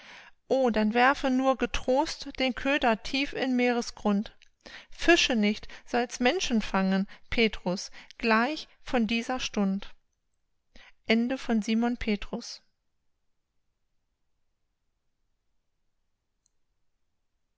o dann werfe nur getrost den köder tief in meeresgrund fische nicht sollst menschen fangen petrus gleich von dieser stund